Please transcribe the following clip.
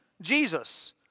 Jesus